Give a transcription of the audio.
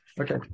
Okay